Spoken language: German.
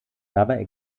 dabei